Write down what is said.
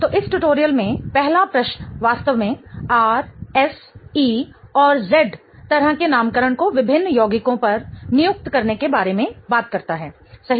तो इस ट्यूटोरियल में पहला प्रश्न वास्तव में R S E और Z तरह के नामकरण को विभिन्न यौगिकों पर नियुक्त करने के बारे में बात करता है सही